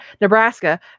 Nebraska